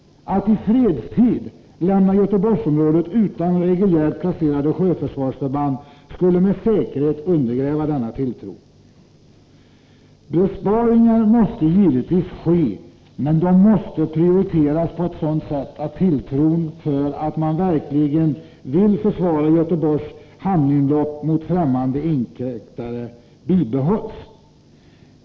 Att i fredstid lämna Göteborgsområdet utan reguljärt placerade sjöförsvarsförband skulle med säkerhet undergräva denna tilltro. Besparingar måste givetvis ske, men de måste prioriteras på ett sådant sätt att tilltron till att man verkligen vill försvara Göteborgs hamninlopp mot främmande inkräktare bibehålls.